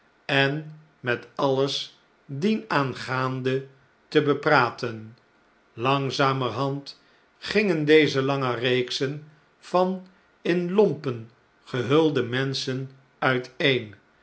en met alles dienaangaande te bepraten langzamerhand gingen deze lange reeksen van in lompen gehulde menschen uiteen